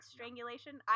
Strangulation